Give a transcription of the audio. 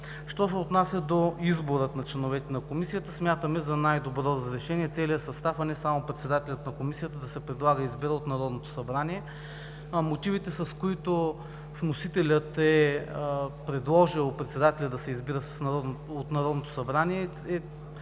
се отнася до избора на членовете на Комисията, смятаме за най-добро разрешение целият състав, а не само председателят на Комисията, да се предлага и избира от Народното събрание. Мотивите на вносителя председателят да се избира от Народното събрание